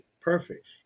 perfect